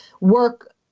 work